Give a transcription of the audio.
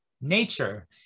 nature